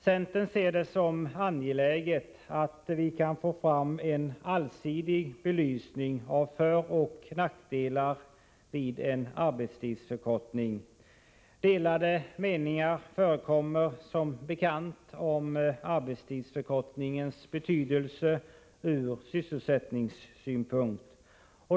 Centern ser det som angeläget att vi kan få en allsidig belysning av föroch nackdelar med en arbetstidsförkortning. Delade meningar råder som bekant om arbetstidsförkortningens betydelse ur sysselsättningssynpunkt.